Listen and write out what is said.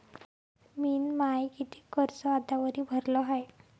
मिन माय कितीक कर्ज आतावरी भरलं हाय?